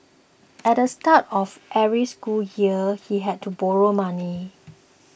at the start of every school year he had to borrow money